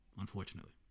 unfortunately